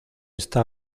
está